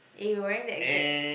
eh you wearing the exact